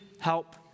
help